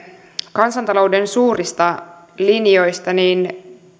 kansantalouden suurista linjoista niin